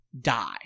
die